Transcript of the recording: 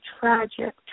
tragic